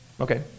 Okay